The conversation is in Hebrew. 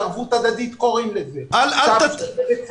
קוראים לזה תרבות הדדית.